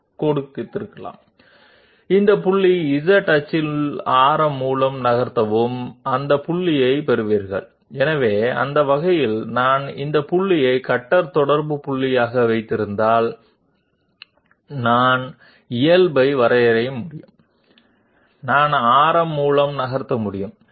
కాబట్టి మేము ఈ పాయింట్ను కట్టర్ కాంటాక్ట్ పాయింట్గా కలిగి ఉంటే మేము నార్మల్ ని గీయగలము మేము రేడియస్ ద్వారా కదలగలము ఇది కట్టర్ యొక్క స్పెరికల్ ఎండ్ యొక్క కేంద్రం అని మేము చెప్పగలము ఇది కట్టర్ పొజిషన్ కాబట్టి మేము కట్టర్పై కొంత స్థిరమైన బిందువు యొక్క స్థానాన్ని నిర్వచించిన తర్వాత మేము కట్టర్ను ప్రత్యేకంగా గీయగలము